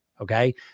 Okay